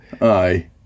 Aye